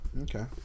Okay